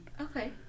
Okay